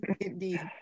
Indeed